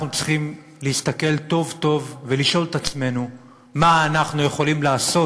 אנחנו צריכים להסתכל טוב-טוב ולשאול את עצמנו מה אנחנו יכולים לעשות